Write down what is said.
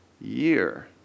year